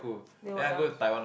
then what else